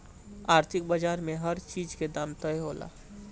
आर्थिक बाजार में हर चीज के दाम तय होला